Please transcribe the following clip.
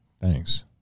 Thanks